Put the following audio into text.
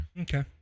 Okay